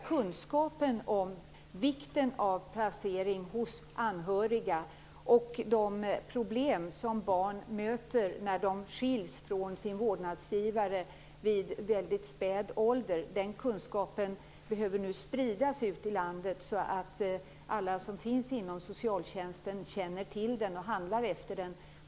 Kunskapen om vikten av placering hos anhöriga och att de problem som barn möter när de skiljs från sin vårdnadsgivare vid väldigt späd ålder behöver nu spridas ut i landet, så att alla som är verksamma inom socialtjänsten känner till den och handlar efter den.